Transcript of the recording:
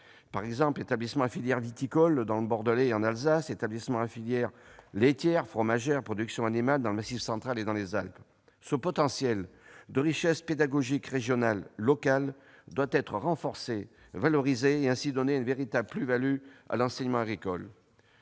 régionales. Je pense aux filières viticoles dans le Bordelais et en Alsace et aux filières laitières, fromagères et productions animales dans le Massif central et les Alpes. Ce potentiel de richesse pédagogique régionale et locale doit être renforcé, valorisé et ainsi offrir une véritable plus-value à l'enseignement agricole.